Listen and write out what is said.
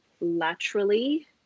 laterally